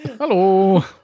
Hello